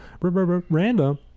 Random